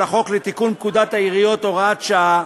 החוק לתיקון פקודת העיריות (הוראת שעה),